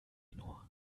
kino